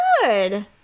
good